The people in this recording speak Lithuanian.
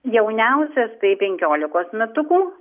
jauniausias tai penkiolikos metukų